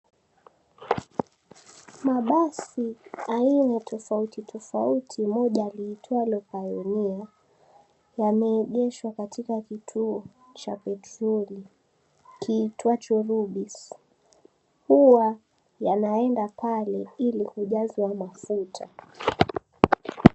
Mabasi aina tofauti tofauti moja liitwalo Pioneer yameegeshwa katika kituo cha petroli kiitwacho Rubis. Huwa yanaenda pale ili kujazwa mafuta.